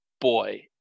boy